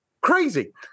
crazy